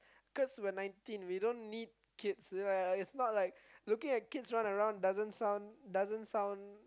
cause we're nineteen we don't need kids like it's not like looking at kids run around doesn't sound doesn't sound